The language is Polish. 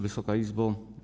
Wysoka Izbo!